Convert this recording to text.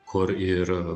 kur ir